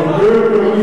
דרך אגב.